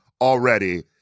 already